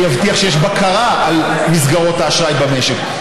שיבטיח שיש בקרה על מסגרות האשראי במשק,